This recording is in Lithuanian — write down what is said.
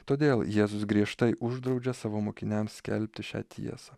todėl jėzus griežtai uždraudžia savo mokiniams skelbti šią tiesą